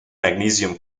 magnesium